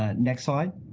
ah next slide.